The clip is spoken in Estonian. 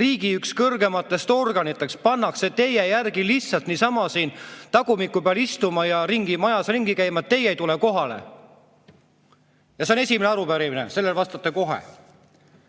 riigi kõrgeimatest organitest pannakse teie järgi lihtsalt niisama siin tagumiku peal istuma ja majas ringi käima, sest teie ei tule kohale. Ja see on esimene arupärimine, sellele vastate kohe!